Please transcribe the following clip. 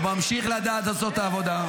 הוא ממשיך לדעת לעשות את העבודה.